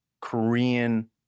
Korean